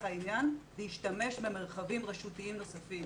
העניין אפשרנו להשתמש במרחבים רשותיים נוספים,